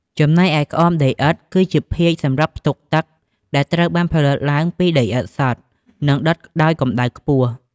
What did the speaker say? ចំណែកឯក្អមដីឥដ្ឋ គឺជាភាជន៍សម្រាប់ផ្ទុកទឹក ដែលត្រូវបានផលិតឡើងពីដីឥដ្ឋសុទ្ធ និងដុតដោយកម្ដៅខ្ពស់។